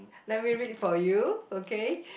let me read for you okay